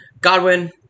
Godwin